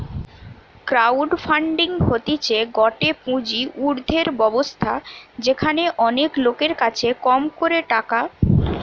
crowd funding হতিছে গটে পুঁজি উর্ধের ব্যবস্থা যেখানে অনেক লোকের কাছে কম করে টাকা নেওয়া হয়